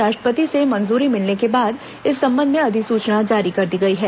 राष्ट्रपति से मंजूरी मिलने के बाद इस संबंध में अधिसुचना जारी कर दी गई है